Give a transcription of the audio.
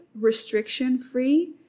restriction-free